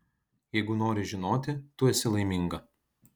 jeigu nori žinoti tu esi laiminga